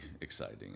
exciting